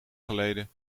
geleden